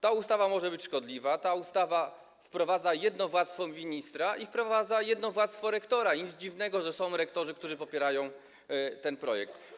Ta ustawa może być szkodliwa, ta ustawa wprowadza jednowładztwo ministra i jednowładztwo rektora - nic dziwnego, że są rektorzy, którzy popierają ten projekt.